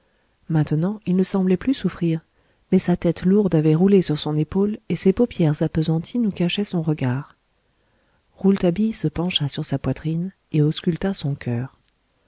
maintenant il ne semblait plus souffrir mais sa tête lourde avait roulé sur son épaule et ses paupières appesanties nous cachaient son regard rouletabille se pencha sur sa poitrine et ausculta son cœur